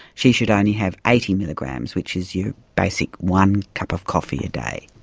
she should only have eighty milligrams, which is your basic one cup of coffee a day.